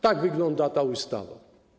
Tak wygląda ta ustawa.